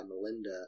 melinda